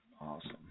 Awesome